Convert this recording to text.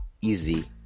easy